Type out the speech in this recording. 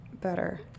better